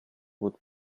would